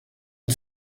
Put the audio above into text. une